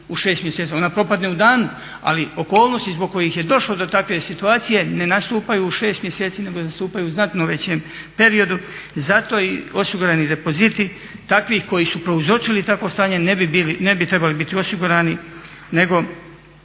u 6 mjeseci, ona propadne u danu ali okolnosti zbog kojih je došlo do takve situacije ne nastupaju 6 mjeseci nego nastupaju u znatno većem periodu. Zato osigurani depoziti takvih koji su prouzročili takvo stanje ne bi trebali biti osigurani nego